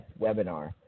webinar